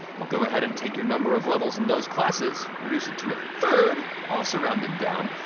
well go ahead and take your number of levels in those classes, reduce it to a third, also rounded down,